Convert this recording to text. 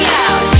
out